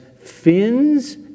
fins